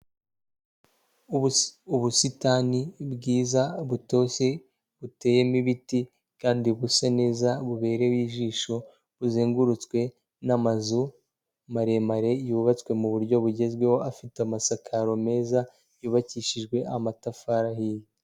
Ubusitani bwiza butoshye buteyemo ibiti kandi busa neza bubereye ijisho, buzengurutswe n'amazu maremare yubatswe mu buryo bugezweho afite amasakaro meza yubakishijwe amatafari ahiye.